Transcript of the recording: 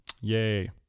Yay